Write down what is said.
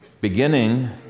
beginning